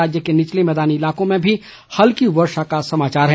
राज्य के निचले मैदानी इलाकों में भी हल्की वर्षा का समाचार है